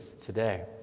today